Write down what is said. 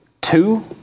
two